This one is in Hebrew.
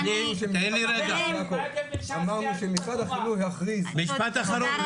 אמרנו שברגע שמשרד החינוך יכריז --- משפט אחרון.